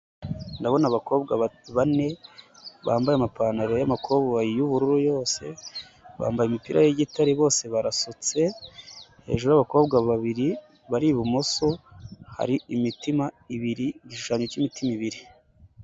Ndabona abakobwa bane bambaye amapantaro y'amakoboyi y'ubururu yose, bambaye imipira y'igitare bose barasutse, hejuru y'abakobwa babiri bari ibumoso hari imitima ibiri igishushanyo cy'imitima ibiri.